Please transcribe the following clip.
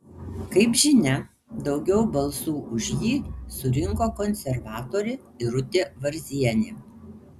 kaip žinia daugiau balsų už jį surinko konservatorė irutė varzienė